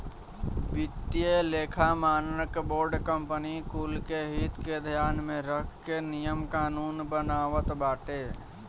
वित्तीय लेखा मानक बोर्ड कंपनी कुल के हित के ध्यान में रख के नियम कानून बनावत बाटे